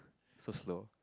so slow